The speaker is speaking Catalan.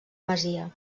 masia